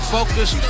Focus